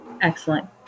Excellent